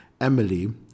Emily